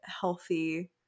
healthy